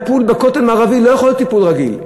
הטיפול בכותל המערבי לא יכול להיות טיפול רגיל.